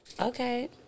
Okay